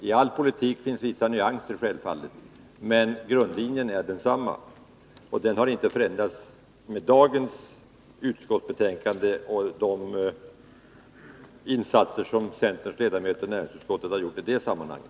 I all politik finns självfallet vissa nyanser, men grundlinjen är densamma. Den har inte förändrats med dagens utskottsbetänkande och de insatser som centerns ledamöter i näringsutskottet har gjort i det sammanhanget.